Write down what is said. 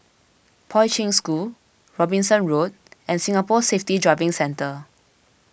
Poi Ching School Robinson Road and Singapore Safety Driving Centre